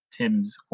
Tim's